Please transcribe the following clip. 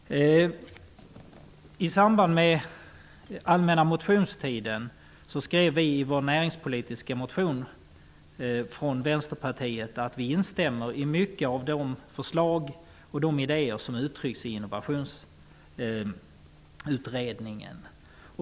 Vänsterpartiet vår näringspolitiska motion. Vi skrev att vi instämmer i många av Innovationsutredningens förslag och idéer.